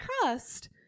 crust